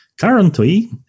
Currently